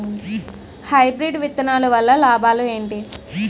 Hybrid విత్తనాలు వల్ల లాభాలు ఏంటి?